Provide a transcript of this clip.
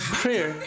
prayer